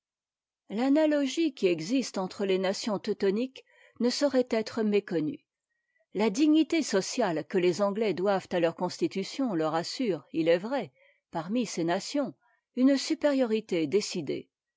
l'analogie qui existe entre ies nations teutoniqués ne saurait être méconnue la dignité sociale que les anglais doivent a leur constitution leur assure i est vrai parmi ces nations une supériorité décidée